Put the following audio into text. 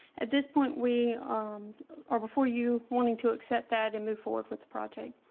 at this point we um are before you wanting to accept that and move forward with the project.